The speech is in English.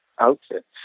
outfit